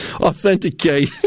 Authenticate